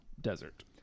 desert